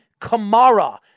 Kamara